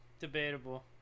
Debatable